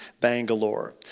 Bangalore